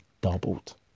doubled